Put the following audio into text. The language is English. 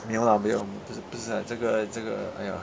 没有 lah 没有不是不是这个这个 !aiya!